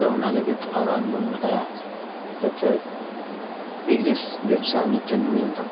ᱛᱳ ᱚᱱᱟ ᱞᱟᱹᱜᱤᱫ ᱛᱷᱚᱲᱟ ᱜᱟᱱ ᱵᱚᱱ ᱵᱟᱰᱟᱭᱟ ᱡᱟᱛᱮ ᱵᱤᱡᱽᱱᱮᱥ ᱵᱮᱵᱽᱥᱟ ᱢᱤᱫᱴᱮᱱ ᱦᱩᱭᱮᱱ ᱛᱟᱵᱚᱱᱟ